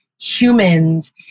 humans